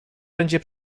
będzie